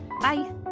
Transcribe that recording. Bye